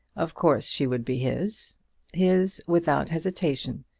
of course she would be his his without hesitation,